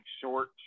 short